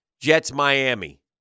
Jets-Miami